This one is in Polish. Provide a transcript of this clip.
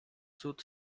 cud